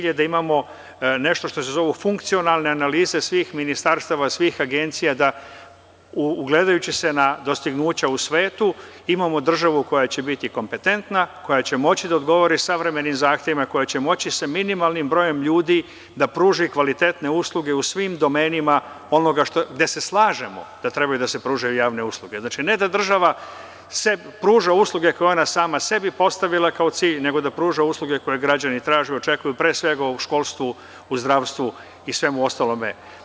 Cilj je da imamo nešto što se zovu funkcionalne analize svih ministarstava i svih agencija da, ugledajući se na dostignuća u svetu, imamo državu koja će biti kompetentna, koja će moći da odgovori savremenim zahtevima sa minimalnim brojem ljudi, da pruži usluge u svim domenima onoga gde se slažemo da treba da se pružaju javne usluge, a ne da država pruža usluge koje je sama sebi postavila kao cilj, nego da pruža usluge koje građani traže i očekuju, pre svega u školstvu, zdravstvu i svemu ostalom.